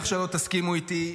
תודה.